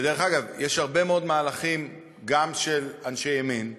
ודרך אגב, יש הרבה מאוד מהלכים, גם של אנשי ימין,